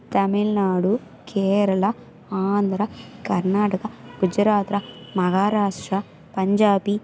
தமிழ்நாடு கேரளா ஆந்திரா கர்நாடகா குஜராத்திரா மஹாராஷ்ட்ரா பஞ்சாபி